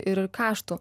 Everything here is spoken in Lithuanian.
ir karštų